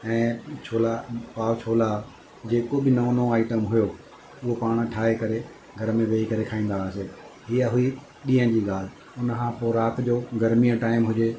ऐं छोला और फोला जेको बि नओं नओं आइटम हुयो उहो पाण ठाहे करे घर में वेही करे खाईंदा हुआसे हीअ हुई ॾींहं जी ॻाल्हि हुन खां पोइ राति जो गर्मी जो टाइम हुजे